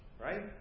right